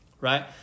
right